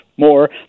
more